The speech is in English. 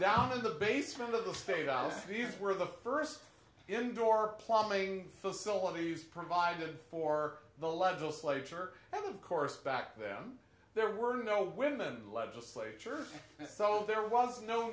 down in the basement of the state alpheus where the first indoor plumbing facilities provided for the legislature and of course back then there were no women legislature and so there was no